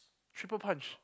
triple punch